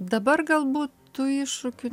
dabar galbūt tų iššūkių